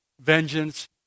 vengeance